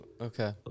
Okay